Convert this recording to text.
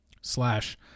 slash